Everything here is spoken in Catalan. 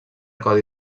codi